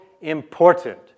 important